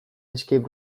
escape